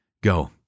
go